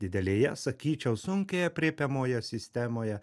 didelėje sakyčiau sunkiai aprėpiamoje sistemoje